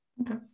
Okay